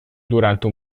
durante